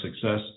success